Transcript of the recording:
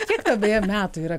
kiek tau beje metų yra